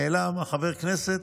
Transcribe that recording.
נעלם חבר הכנסת.